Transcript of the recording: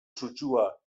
sutsua